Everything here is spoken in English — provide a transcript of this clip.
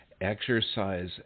Exercise